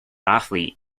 athlete